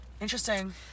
interesting